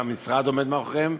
שהמשרד עומד מאחוריהם,